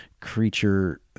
creature